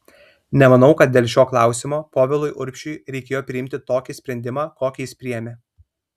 nemanau kad dėl šio klausimo povilui urbšiui reikėjo priimti tokį sprendimą kokį jis priėmė